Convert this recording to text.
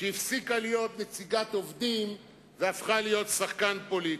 שהפסיקה להיות נציגת עובדים והפכה להיות שחקן פוליטי.